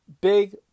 big